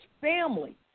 family